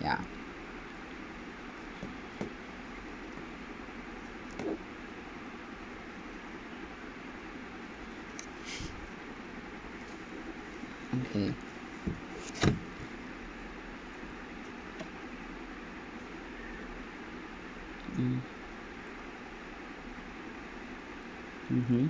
ya okay mm mmhmm mmhmm